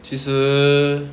其实